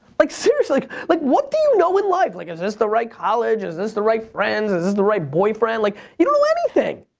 like seriously, like what do you know in life? like is this the right college? is this the right friends? is this the right boyfriend? like you don't know anything!